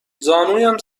زانویم